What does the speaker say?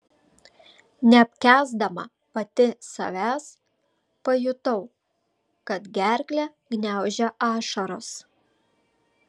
neapkęsdama pati savęs pajutau kad gerklę gniaužia ašaros